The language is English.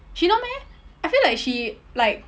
she not meh I feel like she like